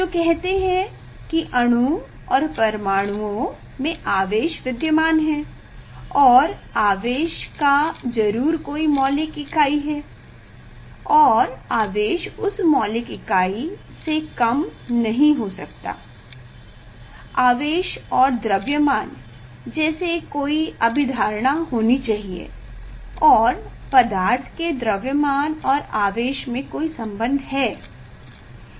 जो कहते हैं कि अणु और परमाणुओं में आवेश विद्यमान है और आवेश का जरूर कोई मौलिक इकाई है और आवेश उस मौलिक इकाई से कम नहीं हो सकताआवेश और द्र्वयमान जैसे कोई अभिधारणा होनी चाहिए और पदार्थ के द्रव्यमान और आवेश में कोई संबंध है